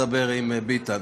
יצא, הלך לדבר עם ביטן.